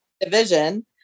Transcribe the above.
division